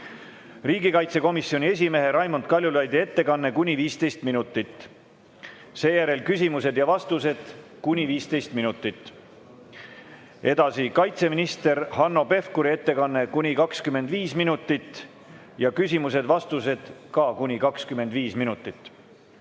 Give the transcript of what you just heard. riigikaitsekomisjoni esimehe Raimond Kaljulaidi ettekanne kuni 15 minutit. Seejärel on küsimused ja vastused kuni 15 minutit. Edasi, kaitseminister Hanno Pevkuri ettekanne kuni 25 minutit ja küsimused-vastused ka kuni 25 minutit.